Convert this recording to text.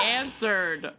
answered